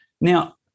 Now